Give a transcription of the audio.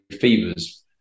fevers